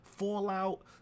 Fallout